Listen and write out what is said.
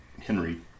Henry